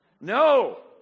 No